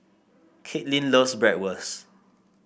Kaitlyn loves Bratwurst